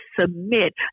submit